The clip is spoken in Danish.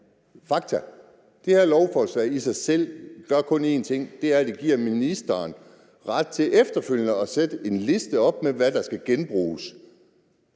at det her lovforslag i sig selv kun gør én ting, og det er, at det giver ministeren ret til efterfølgende at sætte en liste op med, hvad der skal genbruges.